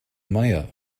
meier